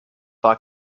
war